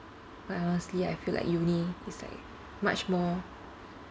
but honestly I feel like uni is like much more